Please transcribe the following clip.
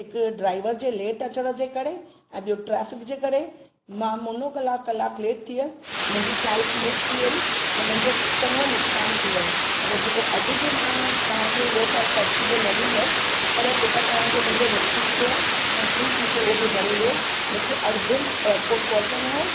हिकु ड्राईवर जे लेट अचण जे करे ऐं ॿियो ट्राफ़िक जे करे मां मुनो कलाकु कलाकु लेट थियसि मुंहिंजी फ्लाईट मिस थी वई ऐं मुंहिंजो चङो नुक़सानु थियो आहे पर जेको अॼु जो मां तव्हांखे इहो त टॅक्सी जो न ॾींदसि पर जेका तव्हांजो मुंहिंजो नुक़सानु थियो आहे तव्हां प्लीज़ मूंखे उहो बि भरे ॾियो मूंखे अर्जंट एअरपोर्ट पहुचणो हो